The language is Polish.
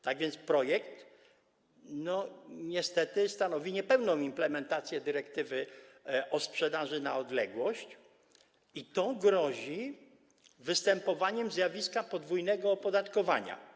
Tak więc projekt niestety stanowi niepełną implementację dyrektywy o sprzedaży na odległość i to grozi występowaniem zjawiska podwójnego opodatkowania.